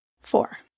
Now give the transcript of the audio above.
Four